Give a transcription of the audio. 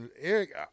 Eric